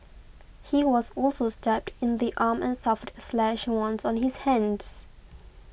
he was also stabbed in the arm and suffered slash wounds on his hands